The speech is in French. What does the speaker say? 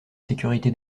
sécurité